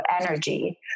energy